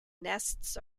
nests